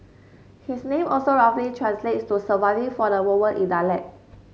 his name also roughly translates to surviving for the moment in dialect